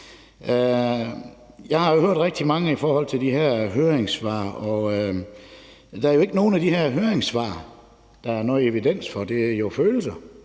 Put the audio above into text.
Jeg har jo hørt rigtig mange af de her høringssvar, og der er jo ikke noget i nogen af de her høringssvar, som der er noget evidens for; det er jo følelser;